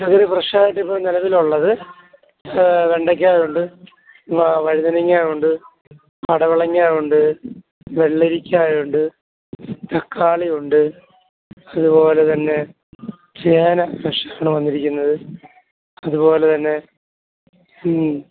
ഇവിടെ ഫ്രഷായിട്ട് ഇപ്പോൾ നിലവിലുള്ളത് വെണ്ടക്ക ഉണ്ട് വഴുതിനിങ്ങ ഉണ്ട് പടവളങ്ങാ ഉണ്ട് വെള്ളിരിക്ക ഉണ്ട് തക്കാളി ഉണ്ട് അതു പോലെ തന്നെ ചേന ഫ്രഷ് ആണ് വന്നിരിക്കുന്നത് അതുപോലെ തന്നെ